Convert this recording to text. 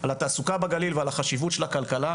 התעסוקה בגליל ועל החשיבות של הכלכלה.